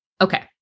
Okay